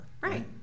Right